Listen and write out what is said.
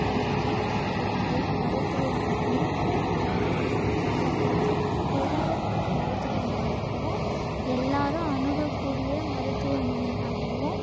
அதனால ஒரு நல்ல மருத்துவமனை இருக்குது இருந்தாலும் அதை கொஞ்சம் பெரிய மருத்துவமனையாகவும் எல்லாரும் அணுகக்கூடிய மருத்துவமனையாகவும்